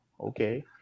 okay